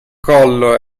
collo